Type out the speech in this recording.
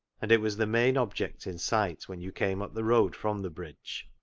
and it was the main object in sight when you came up the road from the bridge.